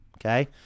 Okay